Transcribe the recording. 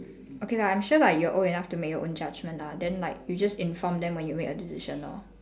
okay lah I'm sure like you're old enough to make your judgement lah then like you just inform them when you make a decision lor